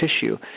tissue